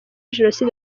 jenoside